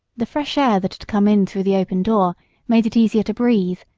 the fresh air that had come in through the open door made it easier to breathe,